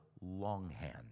longhand